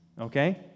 okay